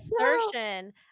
assertion